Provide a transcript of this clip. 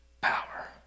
Power